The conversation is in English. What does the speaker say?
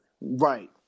Right